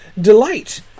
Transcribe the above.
delight